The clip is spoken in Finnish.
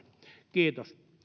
kiitos